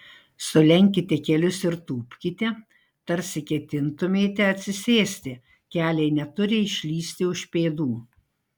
sulenkite kelius ir tūpkite tarsi ketintumėte atsisėsti keliai neturi išlįsti už pėdų